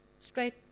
straight